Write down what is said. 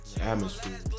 Atmosphere